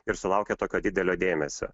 ir sulaukė tokio didelio dėmesio